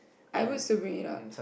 I was sobering it up